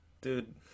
dude